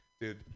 dude